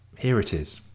here it is.